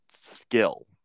skill